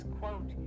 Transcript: quote